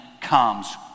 comes